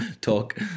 talk